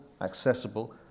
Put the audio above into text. accessible